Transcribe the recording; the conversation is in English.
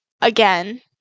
again